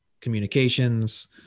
communications